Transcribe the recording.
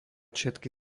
všetky